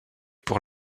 pour